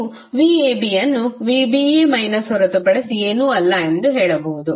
ನೀವು vab ಅನ್ನು vba minus ಹೊರತುಪಡಿಸಿ ಏನೂ ಅಲ್ಲ ಎಂದು ಹೇಳಬಹುದು